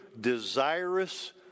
desirous